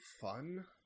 fun